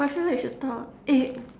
but I feel that we should talk eh